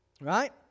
right